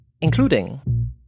including